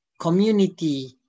community